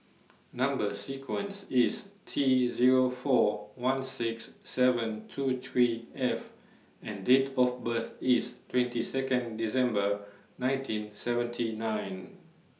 Number sequence IS T Zero four one six seven two three F and Date of birth IS twenty Second December nineteen seventy nine